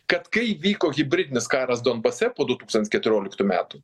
kad kai vyko hibridinis karas donbase po du tūkstantis keturioliktų metų